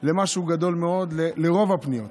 למשהו גדול מאוד, לרוב הפניות.